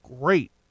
great